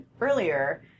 earlier